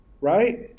Right